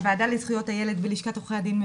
הוועדה לזכויות הילד ולשכת עורכי הדין,